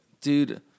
dude